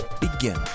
begin